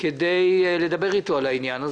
כדי לדבר איתו על העניין.